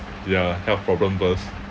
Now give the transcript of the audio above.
ya health problem first